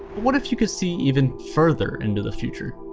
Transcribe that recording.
what if you could see even further into the future?